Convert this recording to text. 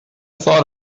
thought